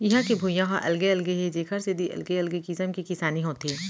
इहां के भुइंया ह अलगे अलगे हे जेखर सेती अलगे अलगे किसम के किसानी होथे